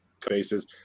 faces